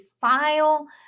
file